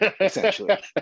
essentially